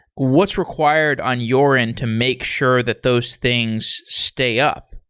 what's required on your end to make sure that those things stay up?